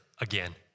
again